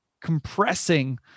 compressing